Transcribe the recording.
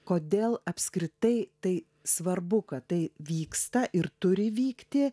kodėl apskritai tai svarbu kad tai vyksta ir turi vykti